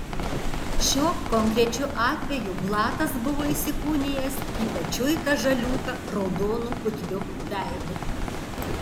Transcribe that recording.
šiuo konkrečiu atveju blatas buvo įsikūnijęs į pečiuitą žaliūką raudonu putliu veidu